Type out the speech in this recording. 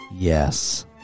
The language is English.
Yes